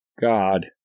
God